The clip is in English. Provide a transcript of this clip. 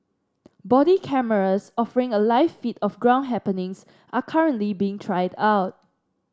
body cameras offering a live feed of ground happenings are currently being tried out